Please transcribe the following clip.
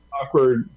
awkward